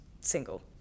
single